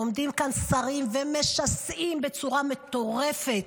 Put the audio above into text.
עומדים כאן שרים ומשסעים בצורה מטורפת.